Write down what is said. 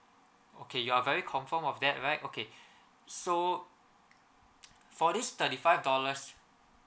okay you are very confirm of that right okay so for this thirty five dollars